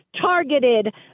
targeted